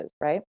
Right